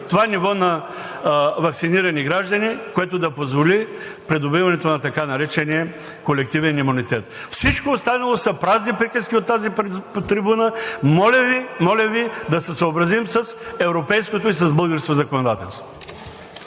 това ниво на ваксинирани граждани, което да позволи придобиването на така наречения колективен имунитет. Всичко останало са празни приказки от тази трибуна. Моля Ви да се съобразим с европейското и с българското законодателство.